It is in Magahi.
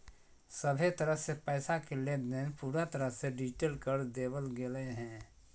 सभहे तरह से पैसा के लेनदेन पूरा रूप से डिजिटल कर देवल गेलय हें